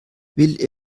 will